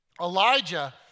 Elijah